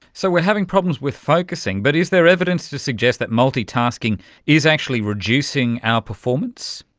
so we are having problems with focusing, but is there evidence to suggest that multitasking is actually reducing our performance?